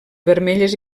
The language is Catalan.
vermelles